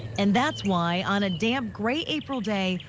and that's why, on a damp gray april day,